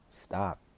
Stop